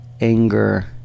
anger